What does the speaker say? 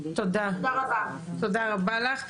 תודה רבה לך.